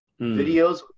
videos